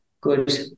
good